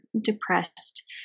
depressed